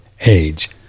age